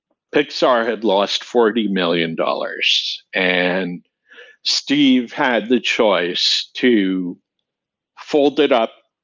pixar had lost forty million dollars, and steve had the choice to fold it up,